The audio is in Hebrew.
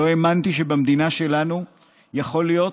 לא האמנתי שבמדינה שלנו יכול להיות